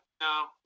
no